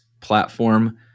platform